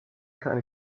kann